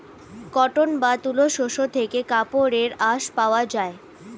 cotton বা তুলো শস্য থেকে কাপড়ের আঁশ পাওয়া যায়